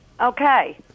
Okay